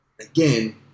Again